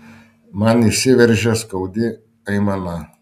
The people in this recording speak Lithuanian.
man išsiveržia skaudi aimana